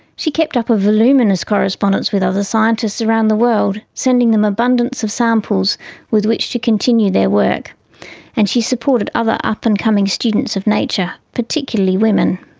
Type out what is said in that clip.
she kept up a voluminous correspondence with other scientists around the world, sending them an abundance of samples with which to continue their work and she supported other up and coming students of nature, particularly women.